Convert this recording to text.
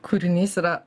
kūrinys yra